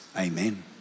amen